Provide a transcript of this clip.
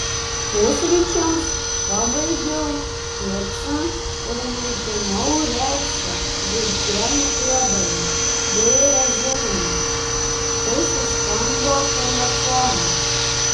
pusryčiams pabaigiau picą ir maitinau reksą žiurkėnų ėdalu bei razinomis kai suskambo telefonas